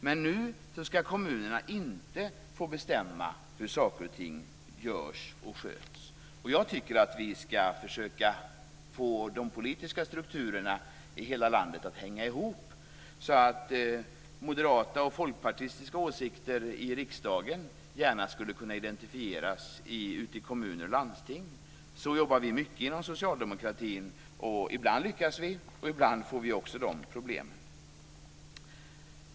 Men nu skall kommunerna inte få bestämma hur saker och ting görs och sköts. Jag tycker att vi skall försöka få de politiska strukturerna i hela landet att hänga ihop, så att moderata och folkpartistiska åsikter i riksdagen gärna kan identifieras ute i kommuner och landsting. Så jobbar vi mycket inom socialdemokratin; ibland lyckas vi, och ibland får vi också de problemen.